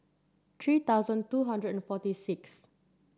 three thousand two hundred and forty six